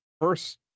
first